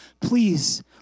please